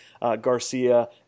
Garcia